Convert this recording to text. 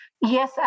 yes